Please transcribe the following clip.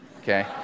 Okay